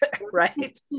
Right